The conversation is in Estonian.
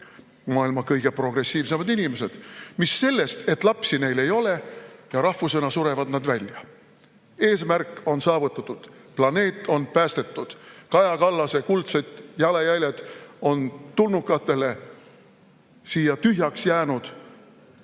maailma kõige progressiivsemad inimesed. Mis sellest, et lapsi neil ei ole ja rahvusena surevad nad välja. Eesmärk on saavutatud, planeet on päästetud, Kaja Kallase kuldsed jalajäljed on tulnukatele siia tühjaks jäänud